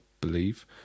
believe